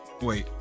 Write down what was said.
Wait